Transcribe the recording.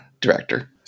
director